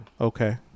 Okay